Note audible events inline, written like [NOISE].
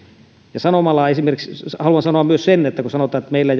ja haluan sanoa myös sen että kun sanotaan että meillä [UNINTELLIGIBLE]